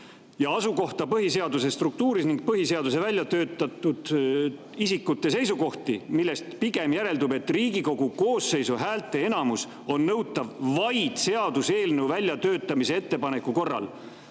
asukohta põhiseaduse struktuuris ning põhiseaduse väljatöötanud isikute seisukohti, millest pigem järeldub, et Riigikogu koosseisu häälteenamus on nõutav vaid seaduseelnõu väljatöötamise ettepaneku korral,